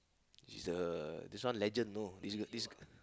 she's a this one legend you know this this